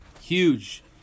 huge